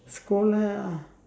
scold her ah